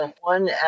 one